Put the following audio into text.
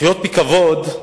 לחיות בכבוד,